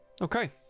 Okay